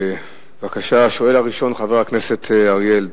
אני חושב, חבר הכנסת צרצור,